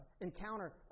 encounter